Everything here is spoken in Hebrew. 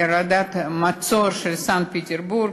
בניינים על מנת שלא יזלגו חרדים מבני-ברק לרמת-גן.